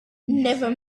never